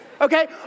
Okay